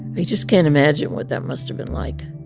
i just can't imagine what that must have been like.